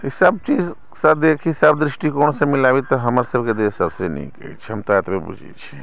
तऽ सभचीजसँ देखी सभ दृष्टिकोणसँ मिलाबी तऽ हमरसभके देश सभसँ नीक अछि हम तऽ एतबहि बुझैत छी